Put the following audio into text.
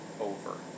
over